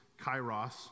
kairos